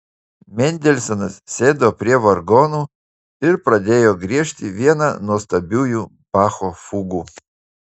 mendelsonas sėdo prie vargonų ir pradėjo griežti vieną nuostabiųjų bacho fugų